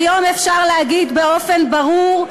היום אפשר להגיד באופן ברור,